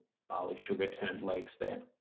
barley sugar-turned legs there.